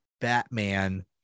Batman